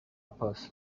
pass